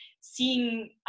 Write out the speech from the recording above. seeing